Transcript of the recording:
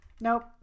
Nope